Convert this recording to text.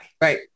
Right